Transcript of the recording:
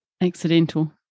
Accidental